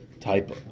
type